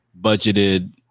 budgeted